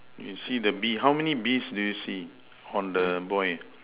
you see the bee how many bees do you see on the boy